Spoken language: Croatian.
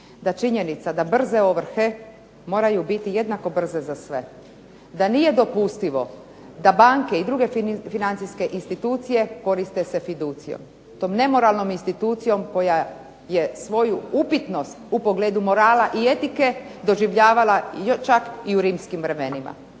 da činjenica da brze ovrhe moraju biti jednako brze za sve, da nije dopustivo da banke i druge financijske institucije koriste se fiducijom, tom nemoralnom institucijom koja je svoju upitnost u pogledu morala i etike doživljavala čak i u rimskim vremenima.